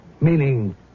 Meaning